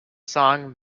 song